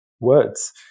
words